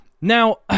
Now